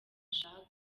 ashaka